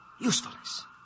usefulness